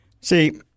See